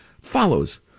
follows